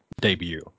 debut